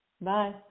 Bye